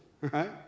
right